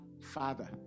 Father